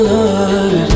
Lord